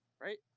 right